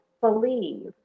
believe